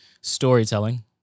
Storytelling